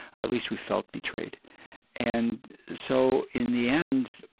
at least we felt betrayed and so in the end